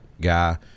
guy